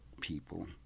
people